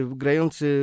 grający